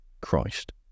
Christ